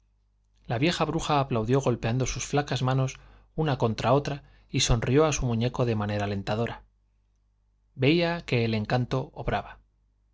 la vieja bruja aplaudió golpeando sus flacas manos una contra otra y sonrió a su muñeco de manera alentadora veía que el encanto obraba